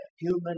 human